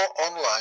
online